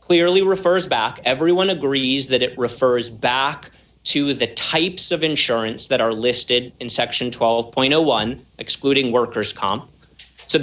clearly refers back everyone agrees that it refers back to the types of insurance that are listed in section twelve point zero one excluding worker's comp so